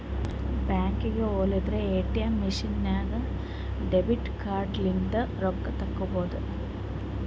ಬ್ಯಾಂಕ್ಗ ಹೊಲಾರ್ದೆ ATM machine ನಾಗ್ ಡೆಬಿಟ್ ಕಾರ್ಡ್ ಲಿಂತ್ ರೊಕ್ಕಾ ತೇಕೊಬೋದ್